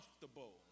comfortable